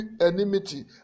enmity